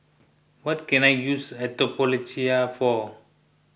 what can I use Atopiclair for